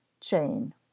chain